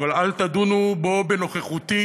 אבל אל תדונו בו בנוכחותי.